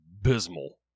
abysmal